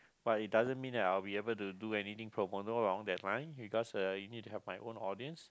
but it doesn't mean that I will be able to do anything pro bono along that line because uh you need to have my own audience